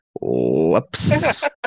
Whoops